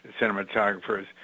cinematographers